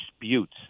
disputes